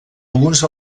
alguns